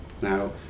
now